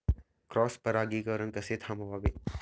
Cross परागीकरण कसे थांबवावे?